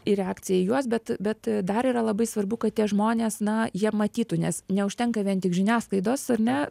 ir reakcija į juos bet bet dar yra labai svarbu kad tie žmonės na jie matytų nes neužtenka vien tik žiniasklaidos ar ne